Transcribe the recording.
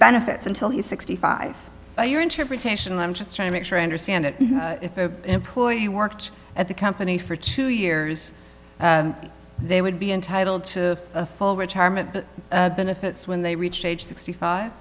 benefits until he's sixty five by your interpretation and i'm just trying to make sure i understand it if the employee worked at the company for two years they would be entitled to a full retirement benefits when they reached age sixty five